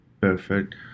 perfect